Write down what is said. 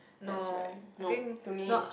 no I think no